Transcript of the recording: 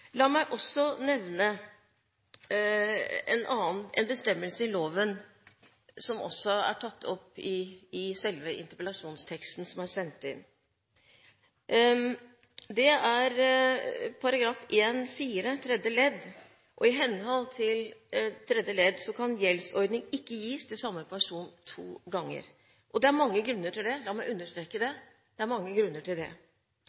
La meg også nevne en bestemmelse i loven som også er tatt opp i selve interpellasjonsteksten som er sendt inn. Det er § 1-4 tredje ledd. I henhold til tredje ledd kan gjeldsordning ikke gis til samme person to ganger. Det er mange grunner til det, la meg understreke det. Dette kan imidlertid av og til få dramatiske konsekvenser. For det